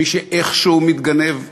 מי שאיכשהו מתגנב פנימה,